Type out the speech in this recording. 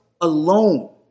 alone